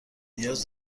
نیاز